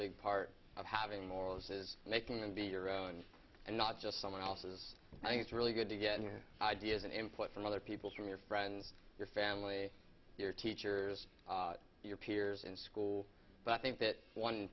big part of having more losses and they can be your own and not just someone else's i think it's really good to get your ideas and input from other people from your friends your family your teachers your peers in school but i think that one